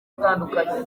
atandukanye